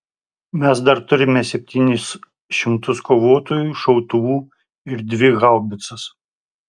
mes dar turime septynis šimtus kovotojų šautuvų ir dvi haubicas